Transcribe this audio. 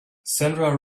sandra